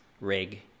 rig